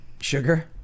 Sugar